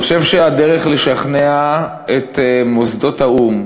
אני חושב שהדרך לשכנע את מוסדות האו"ם